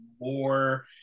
more